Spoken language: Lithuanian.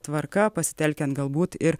tvarka pasitelkiant galbūt ir